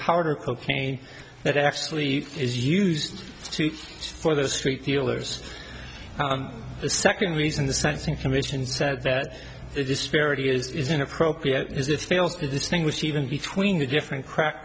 powder cocaine that actually is used for the street dealers the second reason the sentencing commission said that the disparity is inappropriate is it fails to distinguish even between the different crack